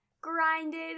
grinded